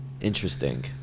Interesting